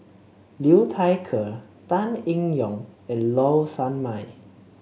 Liu Thai Ker Tan Eng Yoon and Low Sanmay